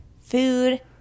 food